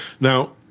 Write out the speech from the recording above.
Now